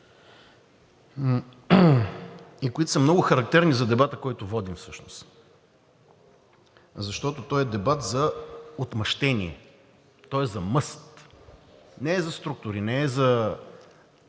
и които са много характерни за дебата, който водим всъщност. Защото той е дебат за отмъщение, той е за мъст – не е за структури, не е за